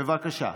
בבקשה.